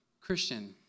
Christian